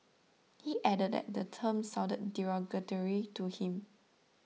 he added that the term sounded derogatory to him